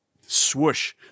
swoosh